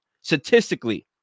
statistically